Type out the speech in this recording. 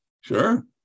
Sure